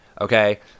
Okay